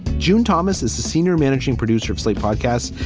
june thomas is the senior managing producer of slate podcasts.